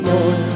Lord